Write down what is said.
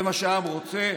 זה מה שהעם רוצה,